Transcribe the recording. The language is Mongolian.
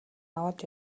аваад